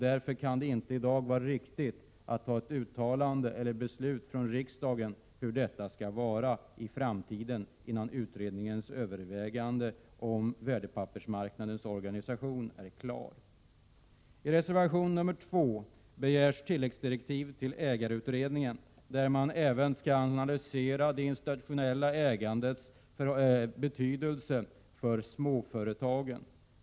Därför kan det inte vara riktigt att riksdagen nu antar något uttalande eller fattar något beslut innan utredningens överväganden om värdepappersmarknadens organisation är klara. I reservation 2 begärs tilläggsdirektiv till ägarutredningen, där man även skall analysera det institutionella ägandets betydelse för småföretagen.